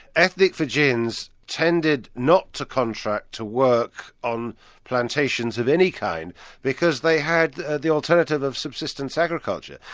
ethnic fijians tended not to contract to work on plantations of any kind because they had the alternative of subsistence agriculture.